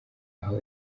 aho